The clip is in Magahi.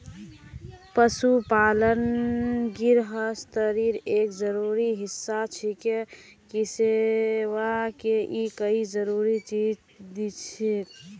पशुपालन गिरहस्तीर एक जरूरी हिस्सा छिके किसअ के ई कई जरूरी चीज दिछेक